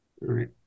right